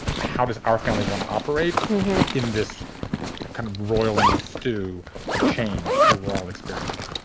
how does our family want to operate in this kind of roiling stew of change that we're all experiencing?